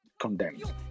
condemned